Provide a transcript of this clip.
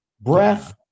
Breath